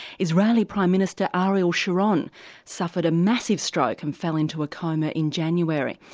israeli prime minister ariel sharon suffered a massive stroke and fell into ah coma in january,